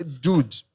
Dude